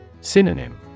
Synonym